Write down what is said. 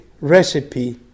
recipe